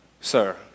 Sir